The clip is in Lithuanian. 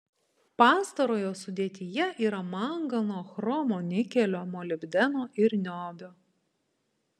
pastarojo sudėtyje yra mangano chromo nikelio molibdeno ir niobio